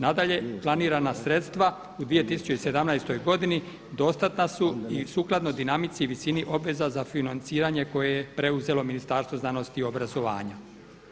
Nadalje, planirana sredstva u 2017. godini dostatna su i sukladno dinamici i visini obveza za financiranje koje je preuzelo Ministarstvo znanosti i obrazovanja.